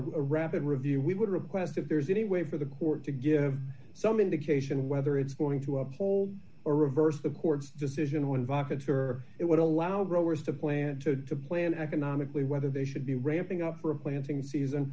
a rapid review we would request if there's any way for the court to give some indication whether it's going to uphold or reverse the court's decision when vavasor it would allow growers to plan to plan economically whether they should be ramping up for a planting season